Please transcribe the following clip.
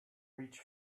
rich